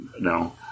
No